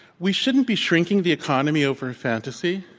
we shouldn't be shrinking the economy over a fantasy,